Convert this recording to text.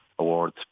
Awards